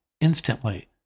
Instantly